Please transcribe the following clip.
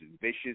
vicious